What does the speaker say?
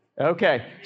Okay